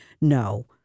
No